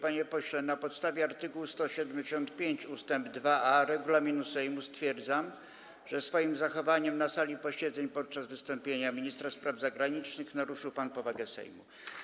Panie pośle, na podstawie art. 175 ust. 2a regulaminu Sejmu stwierdzam, że swoim zachowaniem na sali posiedzeń podczas wystąpienia ministra spraw zagranicznych naruszył pan powagę Sejmu.